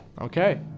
okay